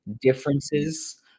differences